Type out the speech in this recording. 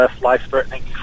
life-threatening